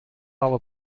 our